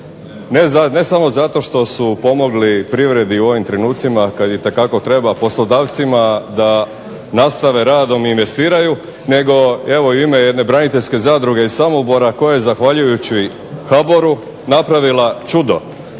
ne samo zato što su pomogli privredi u ovim trenucima kad itekako treba poslodavcima da nastave radom i investiraju nego evo i u ime jedne braniteljske zadruge iz Samobora koja je zahvaljujući HBOR-u napravila čudo.